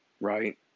right